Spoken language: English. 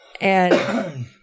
and-